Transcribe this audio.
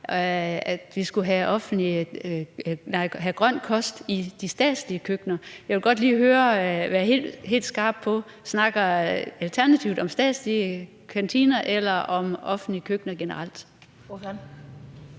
at vi skulle have grøn kost i de statslige køkkener. For at det står helt klart, vil jeg godt lige høre, om Alternativet snakker om statslige kantiner eller om offentlige køkkener generelt.